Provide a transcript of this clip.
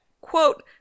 quote